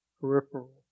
peripheral